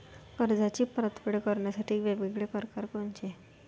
कर्जाची परतफेड करण्याचे वेगवेगळ परकार कोनचे?